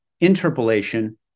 interpolation